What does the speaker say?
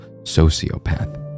sociopath